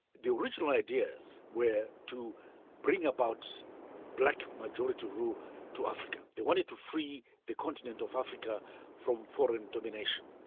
the original ideas were to bring about black majority rule to africa. they wanted to free the continent of africa from foreign domination.